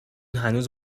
هنوز